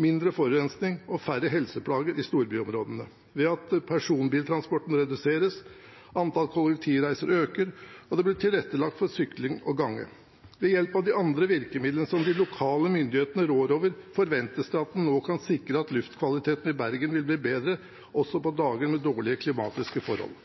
mindre forurensing og færre helseplager i storbyområdene, ved at personbiltransporten reduseres, antallet kollektivreiser øker, og ved at det blir tilrettelagt for sykling og gange. Ved hjelp av de andre virkemidlene som de lokale myndighetene rår over, forventes det at en nå kan sikre at luftkvaliteten i Bergen vil bli bedre også på dager med dårlige klimatiske forhold.